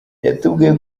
yatubwiye